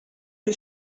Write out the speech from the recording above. que